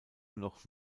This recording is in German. noch